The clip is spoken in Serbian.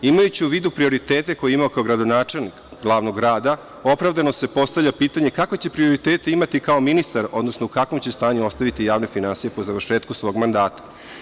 Imajući u vidu prioritete koje je imao kao gradonačelnik glavnog grada, opravdano se postavlja pitanje kakve će prioritete imati kao ministar, odnosno u kakvom će stanju ostaviti javne finansije po završetku svog mandata.